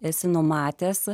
esi numatęs